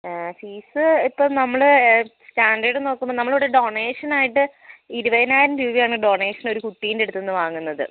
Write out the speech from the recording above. fees ഇപ്പോൾ നമ്മൾ standard നോക്കുമ്പോൾ നമ്മളിവിടെ ഡൊണേഷൻ ആയിട്ട് ഇരുപതിനായിരം രൂപയാണ് ഡൊണേഷൻ ഒരു കുട്ടീൻ്റെ അടുത്തുനിന്ന് വാങ്ങുന്നത്